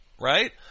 right